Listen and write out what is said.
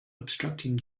obstructing